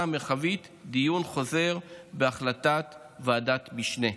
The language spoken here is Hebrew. המרחבית דיון חוזר בהחלטת ועדת משנה.